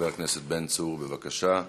חבר הכנסת בן צור, בבקשה.